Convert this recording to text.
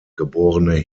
geborene